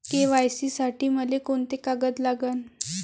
KYC साठी मले कोंते कागद लागन?